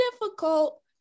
difficult